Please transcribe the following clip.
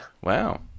Wow